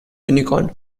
unicorn